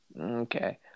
Okay